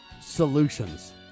solutions